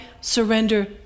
surrender